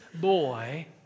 boy